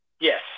Yes